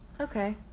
Okay